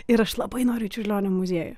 ir aš labai noriu į čiurlionio muziejų